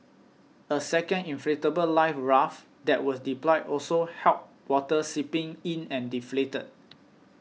a second inflatable life raft that was deployed also help water seeping in and deflated